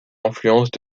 influences